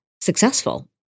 successful